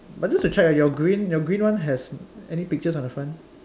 but just to check ah your green your green one has any pictures on the front